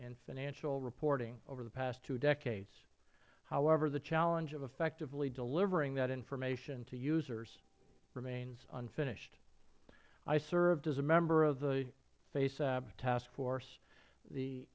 and financial reporting over the past two decades however the challenge of effectively delivering that information to users remains unfinished i served as a member of the fasab task force the